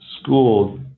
school